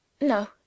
No